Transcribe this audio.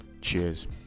Cheers